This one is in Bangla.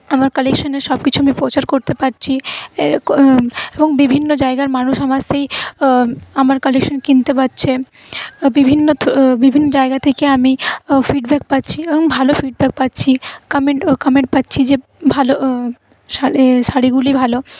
আমার কালেকশনের সবকিছু আমি প্রচার করতে পারছি এরক এবং বিভিন্ন জায়গার মানুষ আমার সেই আমার কালেকশন কিনতে পাচ্ছে বিভিন্ন বিভিন্ন জায়গা থেকে আমি ফিডব্যাক পাচ্ছি এবং ভালো ফিডব্যাক পাচ্ছি কমেন্ট কামেন্ট পাচ্ছি যে ভালো শাড়ি শাড়িগুলি ভালো